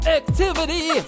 activity